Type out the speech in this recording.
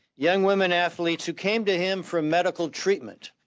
young women athletes who came to him for medical treatment